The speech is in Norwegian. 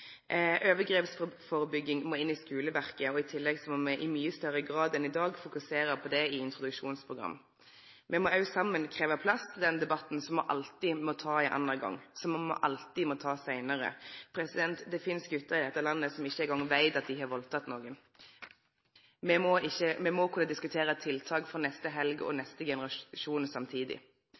Overgrepsførebygging må inn i skuleverket. I tillegg må me i mykje større grad enn i dag fokusere på det i introduksjonsprogrammet. Me må saman krevje plass til den debatten som me alltid må ta ein annan gong, som me alltid må ta seinare. Det finst gutar i dette landet som ikkje eingong veit at dei har valdteke nokon. Me må kunne diskutere tiltak for neste helg og neste generasjon samtidig.